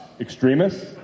extremists